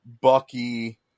Bucky